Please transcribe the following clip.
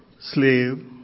slave